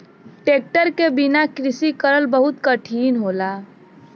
tractor क बिना कृषि करल बहुत कठिन होला